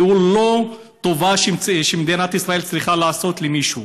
והוא לא טובה שמדינת ישראל צריכה לעשות למישהו.